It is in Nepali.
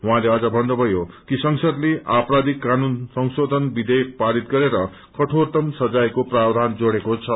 उहाँले अझ भन्नुभयो कि संसदले आपराधिक कानून संशोधन विधेयक पारित गरेर कठोरतम सजायको प्रावधान जोड़ेको छ